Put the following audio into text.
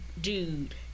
dude